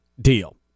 deal